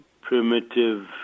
primitive